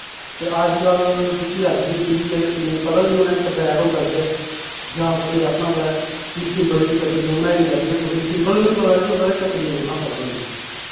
ते अज्जकल जेह्की अज्ज दी पीढ़ी ऐ ते किन्नी पता बी निं होना ऐ करत्याड़ होंदा केह् ऐ जां कुसै आखना होऐ की सिम्ब्ले दी ककड़ियां बनाए दियां अज्ज ते कुसै सिम्बल बी निं पता केह् होंदा ते ककड़ियां कुत्थै पता होनियां